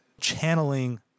channeling